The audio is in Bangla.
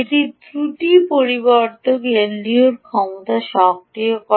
এটি ত্রুটি পরিবর্ধক এলডিওর ক্ষমতা সক্রিয় করে